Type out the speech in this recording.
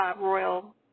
royal